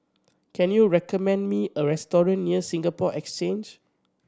can you recommend me a restaurant near Singapore Exchange